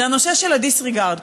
זה הנושא של ה-disregard,